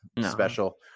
special